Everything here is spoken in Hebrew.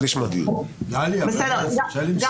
בבקשה.